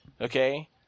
okay